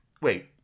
Wait